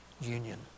union